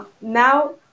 now